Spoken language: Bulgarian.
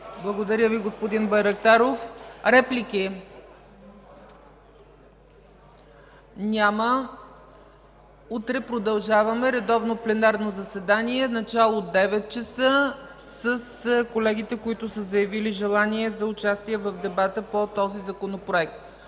Благодаря Ви, господин Байрактаров. Реплики? Няма. Утре продължаваме – редовно пленарно заседание, начало от 9,00 ч. с колегите, които са заявили желание за участие в дебата по този Законопроект.